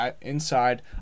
inside